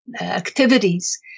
activities –